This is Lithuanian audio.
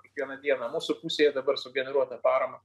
kiekvieną dieną mūsų pusėje dabar sugeneruotą paramą